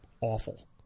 awful